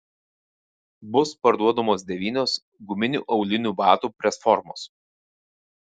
bus parduodamos devynios guminių aulinių batų presformos